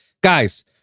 guys